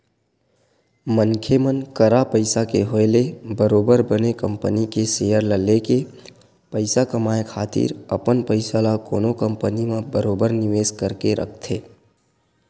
मनखे मन करा पइसा के होय ले बरोबर बने कंपनी के सेयर ल लेके पइसा कमाए खातिर अपन पइसा ल कोनो कंपनी म बरोबर निवेस करके रखथे